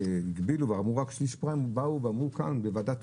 כשהגבילו ואמרו רק שליש פריים באו ואמרו כאן בוועדת,